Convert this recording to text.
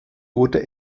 wurde